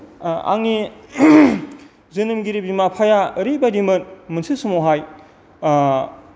आंनि जोनोमगिरि बिमा बिफाया ओरैबायदिमोन मोनसे समावहाय